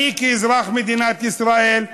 אני כאזרח מדינת ישראל,